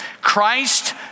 Christ